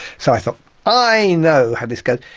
so i thought i know how this goes,